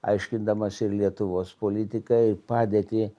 aiškindamas ir lietuvos politiką ir padėtį